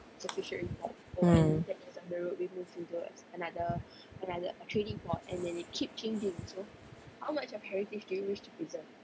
mm